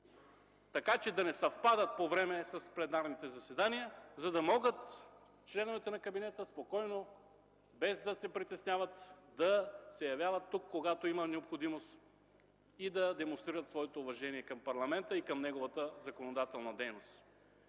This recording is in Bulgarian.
така, че да не съвпадат по време с пленарните заседания, за да могат членовете на кабинета спокойно, без да се притесняват, да се явяват тук, когато има необходимост, и да демонстрират своето уважение към парламента и към неговата законодателна дейност.